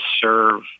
serve